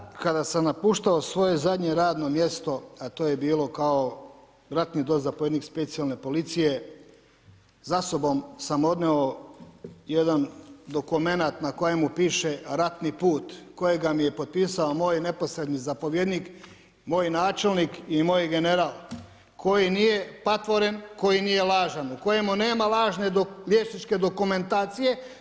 Uvaženi kolega, ja kad sam napuštao svoje zadnje radno mjesto, a to je bilo kao ratni dozapovjednik spacijalne policije, za sobom sam odnio jedan dokumenat na kojemu piše ratni put, kojega mi je potpisao moj neposredni zapovjednik, moj načelnik i moj general, koji nije patvoren, koji nije lažan, u kojemu nema lažne liječničke dokumentacije.